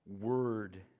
word